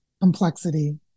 complexity